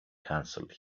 canceled